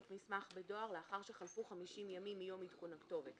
מסמך בדואר לאחר שחלפו 50 ימים מיום עדכון הכתובת,